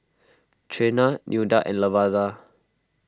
Trena Nilda and Lavada